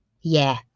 Yeah